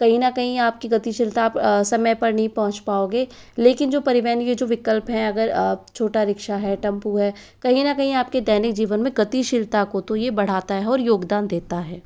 कहीं न कहीं आपकी गतिशीलता आप समय पर नहीं पहुँच पाओगे लेकिन जो परिवहन यह जो विकल्प हैं अगर छोटा रिक्शा है टेम्पू है कहीं न कहीं आपके दैनिक जीवन में गतिशीलता को तो यह बढ़ाता है और योगदान देता है